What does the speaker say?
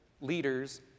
leaders